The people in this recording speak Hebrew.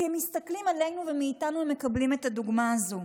כי הם מסתכלים עלינו ומאיתנו הם מקבלים את הדוגמה הזאת.